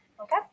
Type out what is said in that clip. okay